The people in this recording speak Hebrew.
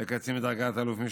לקצין בדרגת אל"מ,